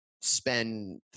spend